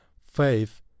faith